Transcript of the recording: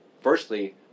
Firstly